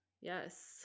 Yes